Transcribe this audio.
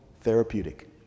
therapeutic